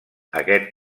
aquest